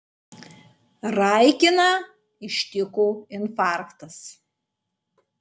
raikiną ištiko infarktas